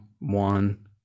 one